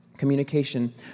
communication